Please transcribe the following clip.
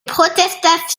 protestations